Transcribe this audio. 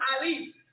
Ali